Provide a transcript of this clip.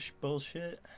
bullshit